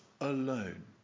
alone